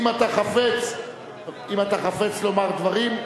אם אתה חפץ לומר דברים,